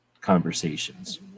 conversations